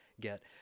get